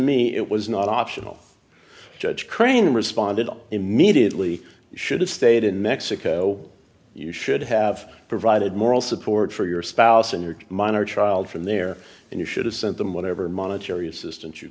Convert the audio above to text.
me it was not optional judge crane responded immediately you should have stayed in mexico you should have provided moral support for your spouse and your minor child from there and you should have sent them whatever monetary assistance you